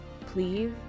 please